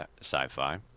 Sci-Fi